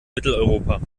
mitteleuropa